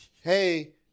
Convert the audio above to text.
Hey